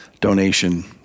donation